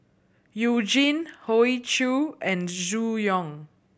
You Jin Hoey Choo and Zhu Hong